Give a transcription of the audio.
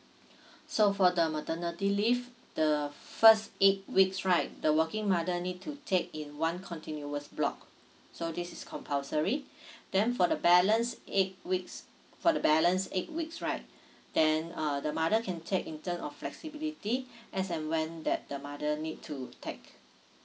so for the maternity leave the first eight weeks right the working mother need to take in one continuous block so this is compulsory the for the balance eight weeks for the balance eight weeks right then uh the mother can take in turn of flexibility as and when that the mother need to take